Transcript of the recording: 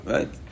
Right